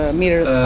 meters